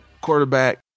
quarterback